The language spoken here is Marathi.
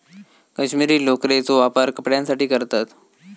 कश्मीरी लोकरेचो वापर कपड्यांसाठी करतत